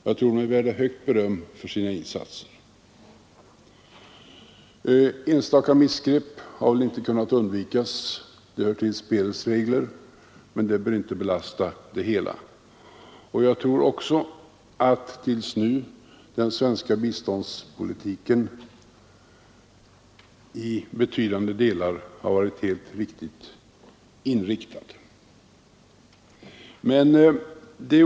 Jag anser att de är värda högt beröm för sina insatser. Enstaka missgrepp har väl inte kunnat undvikas — det hör till spelets regler — men de bör inte belasta det hela. Jag tror också att till nu den svenska biståndspolitiken i betydande delar har varit inriktad på ett rätt sätt.